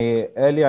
אני אלי,